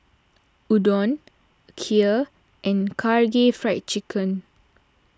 Udon Kheer and Karaage Fried Chicken